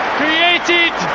created